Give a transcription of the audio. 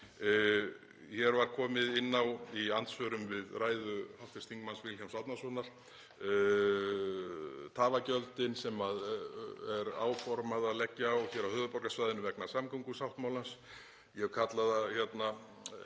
Hér var komið inn á, í andsvörum við ræðu hv. þm. Vilhjálms Árnasonar, tafagjöldin sem er áformað að leggja á hér á höfuðborgarsvæðinu vegna samgöngusáttmálans. Ég hef kallað það —